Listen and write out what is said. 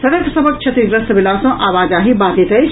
सड़क सभक क्षतिग्रस्त भेला सँ आवाजाही बाधित अछि